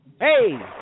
Hey